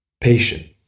patient